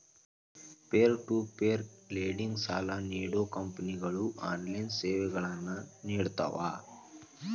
peer to peer lending ಸಾಲಾ ನೇಡೋ ಕಂಪನಿಗಳು ಆನ್ಲೈನ್ ಸೇವೆಗಳನ್ನ ನೇಡ್ತಾವ